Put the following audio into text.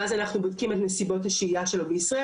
ואז אנחנו בודקים את נסיבות השהייה שלו בישראל,